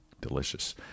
Delicious